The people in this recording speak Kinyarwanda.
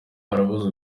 barabuze